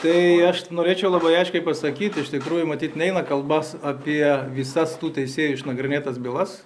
tai aš norėčiau labai aiškiai pasakyt iš tikrųjų matyt neina kalba apie visas tų teisėjų išnagrinėtas bylas